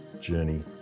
journey